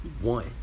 One